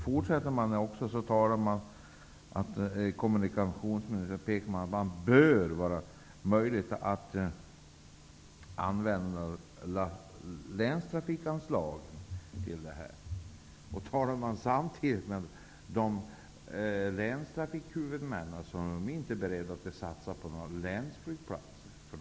Fortsätter man på samma sida kan man också se att kommunikationsministern pekar på att det bör vara möjligt att använda länstrafikanslagen. Talar man samtidigt med länstrafikhuvudmännen förstår man att de inte är beredda att satsa på några länsflygplatser.